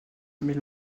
mais